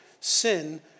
sin